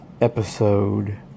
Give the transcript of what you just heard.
episode